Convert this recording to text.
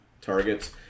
targets